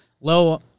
low